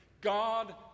God